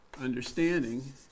Understanding